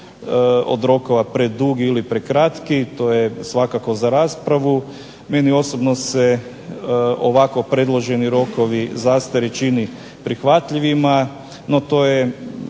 od rokova predugi ili prekratki. To je svakako za raspravu. Meni osobno se ovako predloženi rokovi zastare čine prihvatljivima, no to je